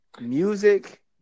music